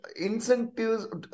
incentives